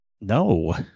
No